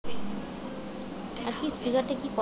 ফসল বৃদ্ধি পায় কোন কোন সার প্রয়োগ করলে?